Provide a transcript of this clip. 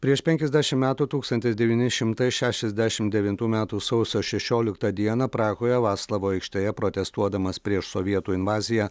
prieš penkiasdešim metų tūkstantis devyni šimtai šešiasdešim devintų metų sausio šešioliktą dieną prahoje vaclavo aikštėje protestuodamas prieš sovietų invaziją